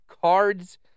cards